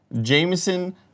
Jameson